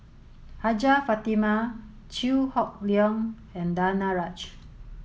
Hajjah Fatimah Chew Hock Leong and Danaraj